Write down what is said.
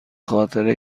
خاطر